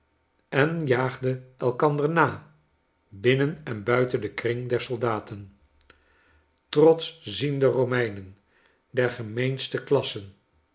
en jaagde elkander na binnen en buiten den kring der soldaten trotsch ziende romeinen der gemeenste